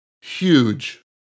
huge